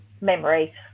Memory